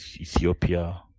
Ethiopia